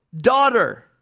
daughter